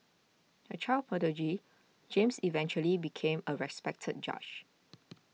a child prodigy James eventually became a respected judge